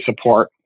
support